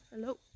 hello